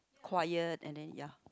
quiet and then ya